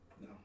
no